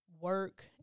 work